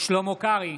שלמה קרעי,